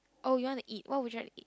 oh you wanna eat what would you wanna eat